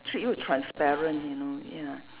treat you transparent you know ya